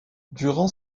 durant